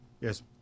Yes